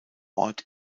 ort